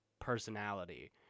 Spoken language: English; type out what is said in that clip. personality